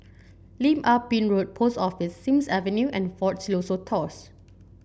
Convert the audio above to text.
Lim Ah Pin Road Post Office Sims Avenue and Fort Siloso Tours